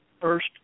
first